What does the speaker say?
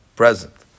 present